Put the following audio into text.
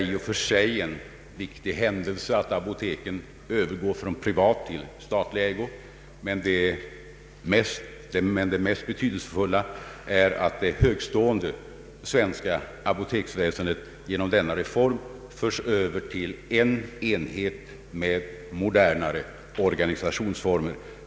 I och för sig är det en viktig händelse att apoteken övergår från privat till statlig ägo, men det mest betydelsefulla är att det högtstående svenska apoteksväsendet genom denna reform förs över till en enhet med modernare organisationsformer.